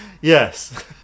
Yes